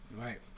Right